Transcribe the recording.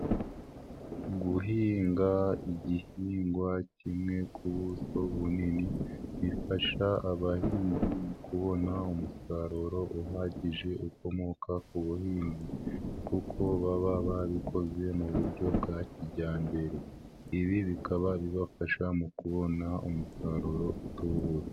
Guhinga igihingwa kimwe k'ubuso bunini, bifasha abahinzi mu kubona umusaruro uhagije ukomoka ku buhinzi kuko baba babikoze mu buryo bwa kijyambere, ibi bikaba bibafasha mu kubona umusaruro utubutse.